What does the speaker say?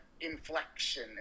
inflection